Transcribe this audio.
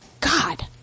God